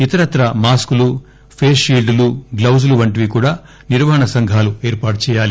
ఇతరత్రా మాస్కులు ఫెస్ షీల్డ్లు గ్లౌజ్ వంటివి కూడా నిర్వహణా సంఘాలు ఏర్పాటుచేయాలీ